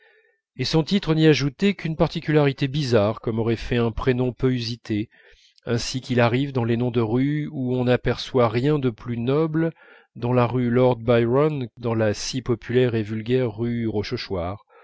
et son titre n'y ajoutait qu'une particularité bizarre comme aurait fait un prénom peu usité ainsi qu'il arrive dans les noms de rue où on n'aperçoit rien de plus noble dans la rue lord byron dans la si populaire et vulgaire rue rochechouart